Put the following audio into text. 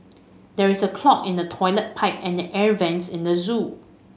there is a clog in the toilet pipe and the air vents at the zoo